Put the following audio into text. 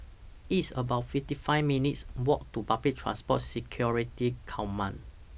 It's about fifty five minutes' Walk to Public Transport Security Command